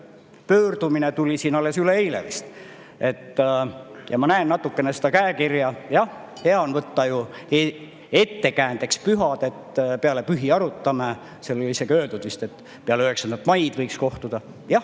pöördumine tuli vist alles üleeile. Ma näen natukene seda käekirja: jah, hea on võtta ju ettekäändeks pühad, et peale pühi arutame. Seal oli isegi vist öeldud, et peale 9. maid võiks kohtuda. Jah,